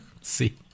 See